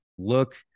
Look